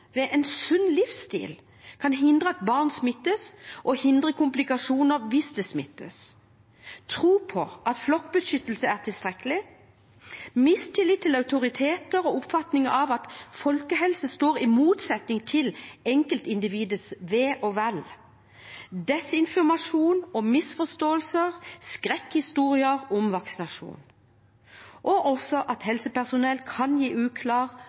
ved en sunn livsstil kan hindre at barn smittes og hindre komplikasjoner hvis det smittes, tro på at flokkbeskyttelse er tilstrekkelig, mistillit til autoriteter og oppfatninger av at folkehelse står i motsetning til enkeltindividets ve og vel. Det kan være desinformasjon, misforståelser og skrekkhistorier om vaksinasjon og at helsepersonell kan gi uklar,